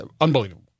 unbelievable